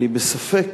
אני בספק